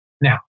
now